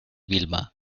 vilma